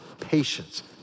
patience